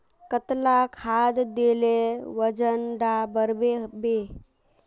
कतला खाद देले वजन डा बढ़बे बे?